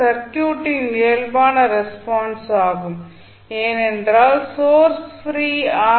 சர்க்யூட்டின் இயல்பான ரெஸ்பென்சாகும் ஏனென்றால் சோர்ஸ் ப்ரீ ஆர்